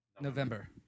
November